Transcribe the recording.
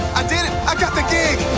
i did it! i got the gig!